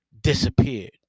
Disappeared